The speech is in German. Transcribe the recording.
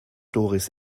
doris